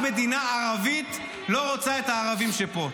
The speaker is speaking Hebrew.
מדינה ערבית לא רוצה את הערבים שפה.